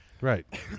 Right